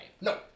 No